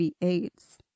AIDS